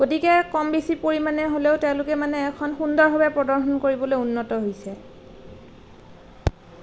গতিকে কম বেছি পৰিমানে হ'লেও তেওঁলোকে মানে এখন সুন্দৰ প্ৰদৰ্শন কৰিবলৈ উন্নত হৈছে